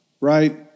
Right